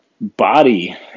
body